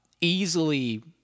easily